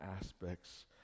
aspects